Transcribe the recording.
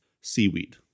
seaweed